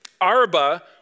Arba